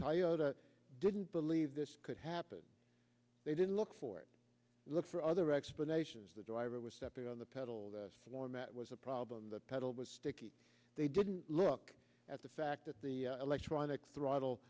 toyota didn't believe this could happen they didn't look for it and look for other explanations the driver was stepping on the pedal the floor mat was a problem the pedal was sticky they didn't look at the fact that the electronic throttle